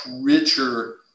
richer